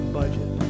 budget